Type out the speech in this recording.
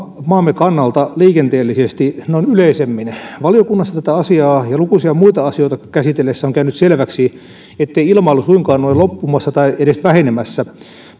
maamme kannalta liikenteellisesti noin yleisemmin valiokunnassa tätä asiaa ja lukuisia muita asioita käsitellessä on käynyt selväksi ettei ilmailu suinkaan ole loppumassa tai edes vähenemässä